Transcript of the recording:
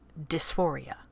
dysphoria